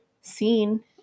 seen